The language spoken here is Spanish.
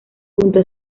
junto